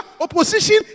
opposition